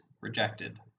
rejected